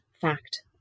fact